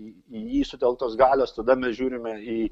į jį sutelktos galios tada mes žiūrime į